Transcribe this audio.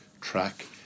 track